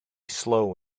slow